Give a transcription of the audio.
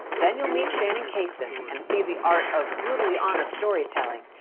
then you'll meet shannon cason, and see the art of brutally honest storytelling.